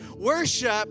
Worship